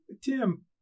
Tim